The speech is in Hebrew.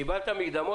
האם קיבלת מהם מקדמות?